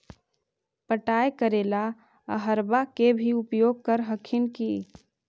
पटाय करे ला अहर्बा के भी उपयोग कर हखिन की?